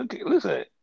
Listen